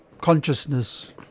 consciousness